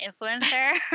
influencer